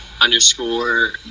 underscore